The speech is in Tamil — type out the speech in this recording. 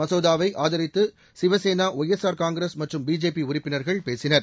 மசோதாவை ஆதரித்து சிவசேனா ஒய்எஸ்ஆர் காங்கிரஸ் மற்றும் பிஜேபி உறுப்பினர்கள் பேசினர்